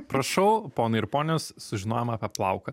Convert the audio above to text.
prašau ponai ir ponios sužinojome apie plauką